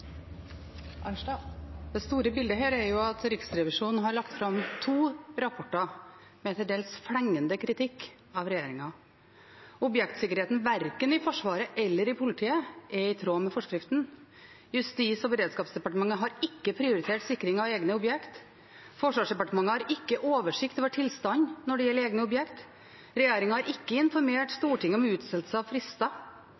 Det store bildet er at Riksrevisjonen har lagt fram to rapporter med til dels flengende kritikk av regjeringen. Objektsikkerheten er verken i Forsvaret eller i politiet i tråd med forskriften. Justis- og beredskapsdepartementet har ikke prioritert sikring av egne objekt. Forsvarsdepartementet har ikke oversikt over tilstanden når det gjelder egne objekt. Regjeringen har ikke informert